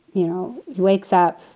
you know, he wakes up.